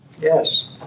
Yes